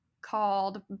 called